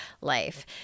life